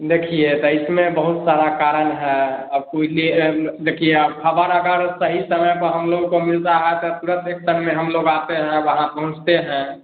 देखिए तो इसमें बहुत बड़ा कारण है अब कोई देर आएम देखिए अब ख़बर अगर सही समय पर हम लोगों को मिलती है तथगत एक संग में हम लोग आते हैं वहाँ पहुँचते हैं